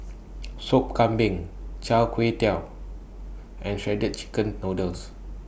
Sop Kambing Chai Tow Kuay and Shredded Chicken Noodles